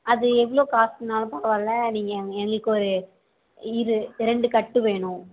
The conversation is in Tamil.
அது எவ்வளோ காஸ்ட்னாலும் பரவாயில்ல நீங்கள் எங்களுக்கு ஒரு இரு ரெண்டு கட்டு வேணும்